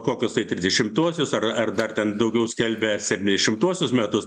kokius tai trisdešimtuosius ar ar dar ten daugiau skelbia septyniasdešimtuosius metus